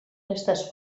restes